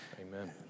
Amen